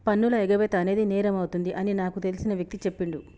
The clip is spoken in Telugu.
పన్నుల ఎగవేత అనేది నేరమవుతుంది అని నాకు తెలిసిన వ్యక్తి చెప్పిండు